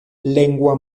lengua